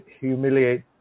humiliate